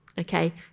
Okay